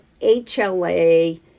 HLA